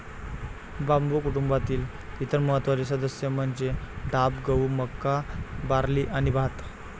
बांबू कुटुंबातील इतर महत्त्वाचे सदस्य म्हणजे डाब, गहू, मका, बार्ली आणि भात